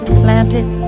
planted